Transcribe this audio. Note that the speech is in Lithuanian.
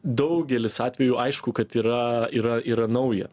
daugelis atvejų aišku kad yra yra yra nauja